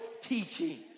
teaching